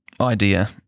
idea